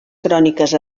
cròniques